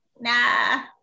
nah